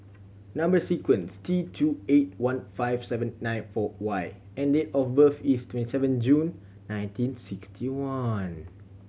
number sequence T two eight one five seven nine four Y and date of birth is twenty seven June nineteen sixty one